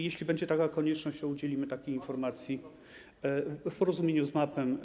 Jeśli będzie taka konieczność, to udzielimy takiej informacji w porozumieniu z MAP-em.